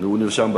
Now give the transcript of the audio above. הוא נרשם בסוף.